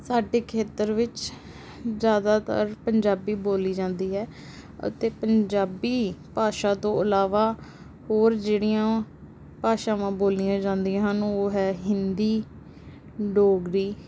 ਸਾਡੇ ਖੇਤਰ ਵਿੱਚ ਜ਼ਿਆਦਾਤਰ ਪੰਜਾਬੀ ਬੋਲੀ ਜਾਂਦੀ ਹੈ ਅਤੇ ਪੰਜਾਬੀ ਭਾਸ਼ਾ ਤੋਂ ਇਲਾਵਾ ਹੋਰ ਜਿਹੜੀਆਂ ਭਾਸ਼ਾਵਾਂ ਬੋਲੀਆਂ ਜਾਂਦੀਆਂ ਹਨ ਉਹ ਹੈ ਹਿੰਦੀ ਡੋਗਰੀ